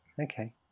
okay